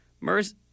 MERS